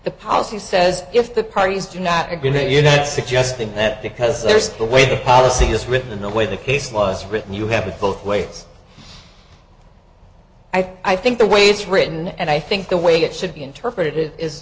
the policy says if the parties do not are going to you're not suggesting that because there's the way the policy is written the way the case was written you have it both ways i think the way it's written and i think the way it should be interpreted i